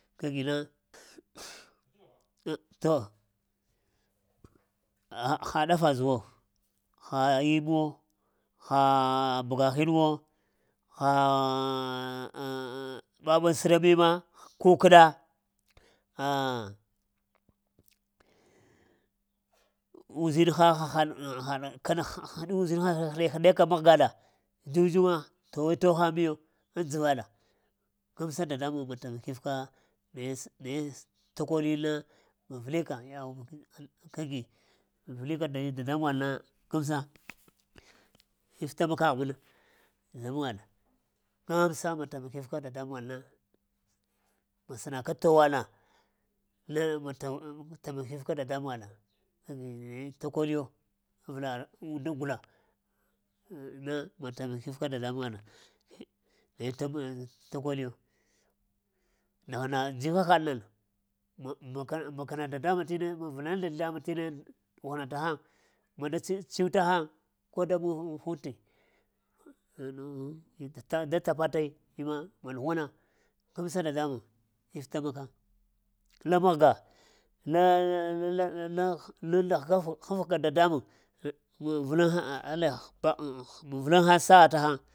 Kagina to agh-ha ɗafa zəwo, ha immwo, ha bəga hinwo, ha ɓaɓaŋ səra mma kukoɗa ah-uzinha hahaɗi uzinha həɗek-həɗeka mahgaɗa njuŋ-njuwa towe-tow həŋ miyo aŋ dzəvaɗa gamsa dadambuŋwaɗa ma tamakifka naye sə təkoɗina ma vilika kəgi ma vilika dadambuwaɗ na gamsa iftamakəgh mana dadambuwaɗ gamsa ma tamakifka dadambuwaɗ na sənaka towaɗna guleŋ ma't tamakifka dadambuŋwaɗ naye takoɗiyo avlagha unnda gula na ma tamakifka dadambuŋwaɗ ye-t' takoɗiyo ndaghana ziha-haɗna mb- mb -m- bakana dadambuŋ't ma vuluŋ dadambuŋ ina ghana təhəŋ ma da ts- tsunta həŋ koda vita da tapətayiŋ ma ɗughwana gamsa dadambuŋ iftamaka lamahga, la- la- haphəga dadambuŋ ma-ah vlughŋ vuluŋ həŋ sa'a təhəŋ